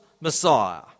Messiah